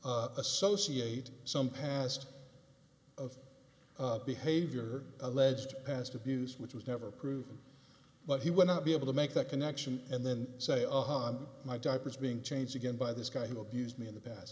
to associate some past of behavior alleged past abuse which was never proven but he would not be able to make that connection and then say aha my diaper is being changed again by this guy who abused me in the past